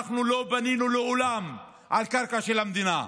אנחנו לא בנינו לעולם על קרקע של המדינה,